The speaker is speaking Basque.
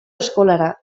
eskolara